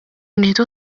nieħdu